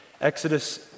Exodus